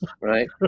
right